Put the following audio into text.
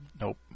Nope